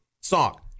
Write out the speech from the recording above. song